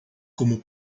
como